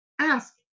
Ask